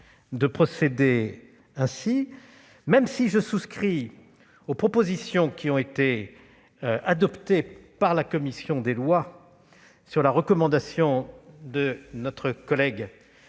me semble sage, même si je souscris aux propositions qui ont été retenues par la commission des lois, sur la recommandation de notre collègue